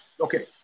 okay